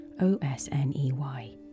O-S-N-E-Y